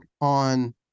on